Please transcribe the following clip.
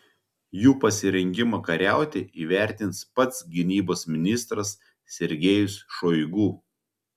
jų pasirengimą kariauti įvertins pats gynybos ministras sergejus šoigu